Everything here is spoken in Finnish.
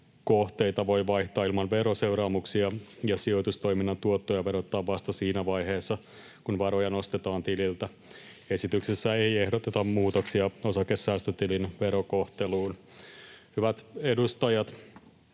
sijoituskohteita voi vaihtaa ilman veroseuraamuksia ja sijoitustoiminnan tuottoja verotetaan vasta siinä vaiheessa, kun varoja nostetaan tililtä. Esityksessä ei ehdoteta muutoksia osakesäästötilin verokohteluun. Hyvät edustajat!